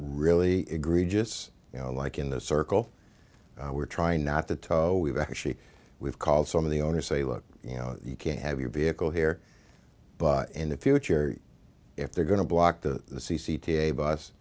really egregious you know like in the circle we're trying not to tow we've actually we've called some of the owners say look you know you can't have your vehicle here but in the future if they're going to block the c c t a bus